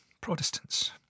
Protestants